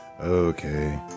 Okay